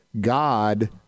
God